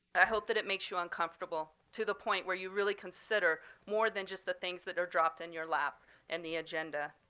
i hope that it makes you uncomfortable to the point where you really consider more than just the things that are dropped in your lap and the agenda.